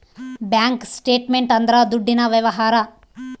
bank statement ಅಂದ್ರ ದುಡ್ಡಿನ ವ್ಯವಹಾರ